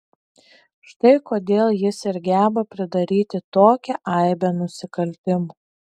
štai kodėl jis ir geba pridaryti tokią aibę nusikaltimų